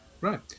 right